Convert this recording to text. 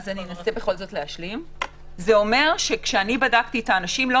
זה אומר שכשאני בדקתי את האנשים לא